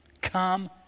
Come